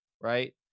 right